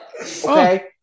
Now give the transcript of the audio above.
Okay